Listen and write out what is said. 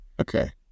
Okay